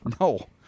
No